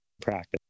Practice